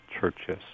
churches